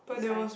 he's fine